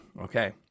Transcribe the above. okay